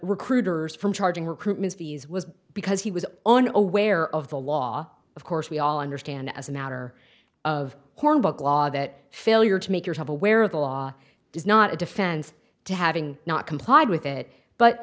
recruiters from charging recruitment fees was because he was only aware of the law of course we all understand as a matter of hornbook law that failure to make yourself aware of the law is not a defense to having not complied with it but